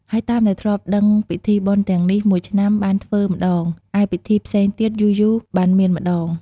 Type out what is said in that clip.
ហើយតាមដែលធ្លាប់ដឹងពិធីបុណ្យទាំងនេះមួយឆ្នាំបានធ្វើម្ដង ឯពិធីផ្សេងទៀតយូរៗបានមានម្ដង។